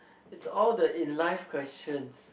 is all the in life question